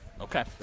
Okay